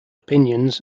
opinions